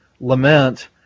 lament